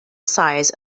size